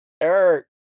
Eric